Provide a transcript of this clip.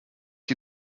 die